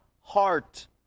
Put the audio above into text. heart